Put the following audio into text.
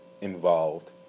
involved